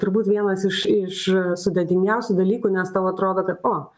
turbūt vienas iš iš sudėtingiausių dalykų nes tau atrodo kad o